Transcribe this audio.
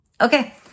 Okay